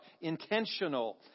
Intentional